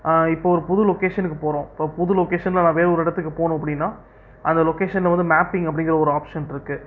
இப்போது ஒரு புது லொக்கேஷனுக்குப் போகணும் இப்போது புது லொக்கேஷனில் நான் வேறே ஒரு இடத்துக்குப் போகணும் அப்படின்னா அந்த லொக்கேஷனில் வந்து மேப்பிங் அப்படிங்கிற ஒரு ஆப்ஷன் இருக்கும்